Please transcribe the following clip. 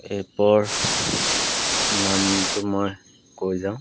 এপৰ নামটো মই কৈ যাওঁ